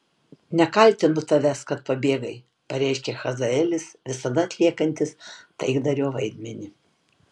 nekaltinu tavęs kad pabėgai pareiškė hazaelis visada atliekantis taikdario vaidmenį